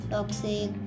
Toxic